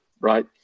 right